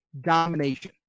domination